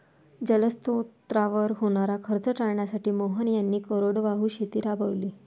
जलस्रोतांवर होणारा खर्च टाळण्यासाठी मोहन यांनी कोरडवाहू शेती राबवली